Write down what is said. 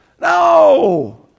No